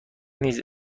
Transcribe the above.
نیز